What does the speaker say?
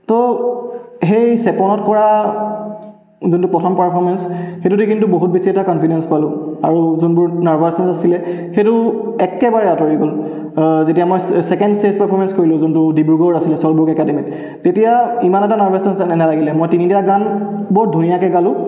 তো সেই চেপনত কৰা যোনটো প্ৰথম পাৰফৰ্মেঞ্চ সেইটো দি কিন্তু বহুত বেছি এটা কনফিডেঞ্চ পালোঁ আৰু যোনবোৰ নাৰ্ভাছনেছ আছিলে সেইটো একেবাৰে আতঁৰি গ'ল যেতিয়া মই ষ্টে ছেকেণ্ড ষ্টেজ পাৰফৰ্মেঞ্চ কৰিলোঁ যোনটো ডিব্ৰুগড় আছিল ছল্ট ব্ৰুক একাডেমীত তেতিয়া ইমান এটা নাৰ্ভাছনেছ নালাগিল যে মই তিনিটা গাম বৰ ধুনীয়াকৈ গালোঁ